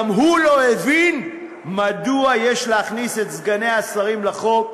גם הוא לא הבין מדוע יש להכניס את סגני השרים לחוק.